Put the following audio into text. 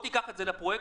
קח את זה כפרויקט,